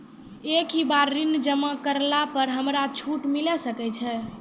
एक ही बार ऋण जमा करला पर हमरा छूट मिले सकय छै?